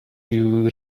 you